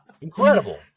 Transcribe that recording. Incredible